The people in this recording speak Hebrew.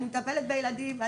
אני מטפלת בילדים.